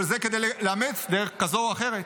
כל זה כדי לאמץ דרך כזו או אחרת.